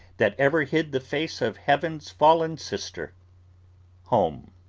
that ever hid the face of heaven's fallen sister home.